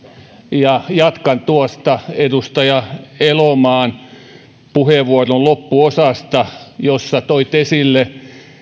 ja jatkan tuosta edustaja elomaan puheenvuoron loppuosasta jossa toit esille